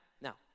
now